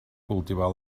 cultivar